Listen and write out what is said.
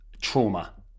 trauma